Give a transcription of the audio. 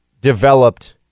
developed